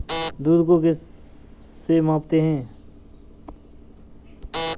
दूध को किस से मापते हैं?